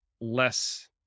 less